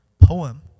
poem